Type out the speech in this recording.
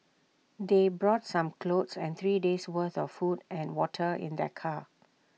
they brought some clothes and three days' worth of food and water in their car